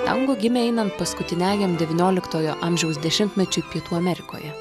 tango gimė einant paskutiniajam devynioliktojo amžiaus dešimtmečiui pietų amerikoje